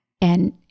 and-